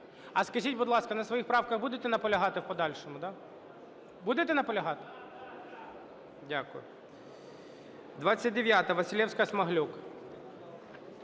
А скажіть, будь ласка, на своїх правках будете наполягати в подальшому, да? Будете наполягати? Дякую. 29-а, Василевська-Смаглюк.